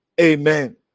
Amen